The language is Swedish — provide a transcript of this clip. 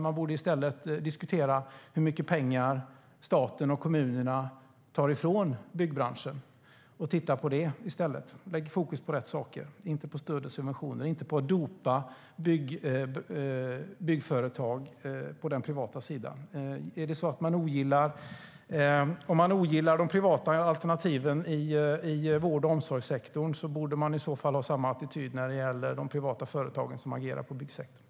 Man borde i stället titta på och diskutera hur mycket pengar staten och kommunerna tar ifrån byggbranschen.